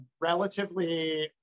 relatively